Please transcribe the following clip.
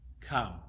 come